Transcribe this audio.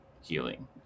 healing